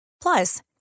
Plus